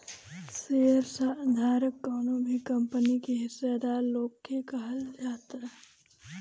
share धारक कवनो भी कंपनी के हिस्सादार लोग के कहल जाला